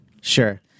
Sure